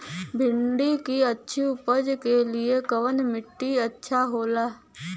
भिंडी की अच्छी उपज के लिए कवन मिट्टी अच्छा होला?